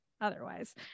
otherwise